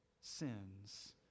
sins